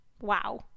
Wow